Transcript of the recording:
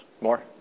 more